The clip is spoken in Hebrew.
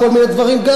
גם הייתי יכול,